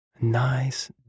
Nice